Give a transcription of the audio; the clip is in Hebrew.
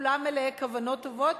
כולם מלאי כוונות טובות,